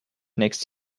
next